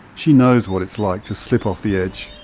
she knows what it's like to slip off the edge,